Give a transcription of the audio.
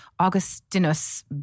Augustinus